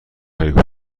خیلی